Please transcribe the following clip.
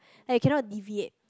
like you cannot deviate